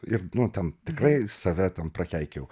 ir nu ten tikrai save ten prakeikiau